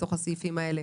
לתוך הסעיפים האלה,